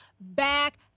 back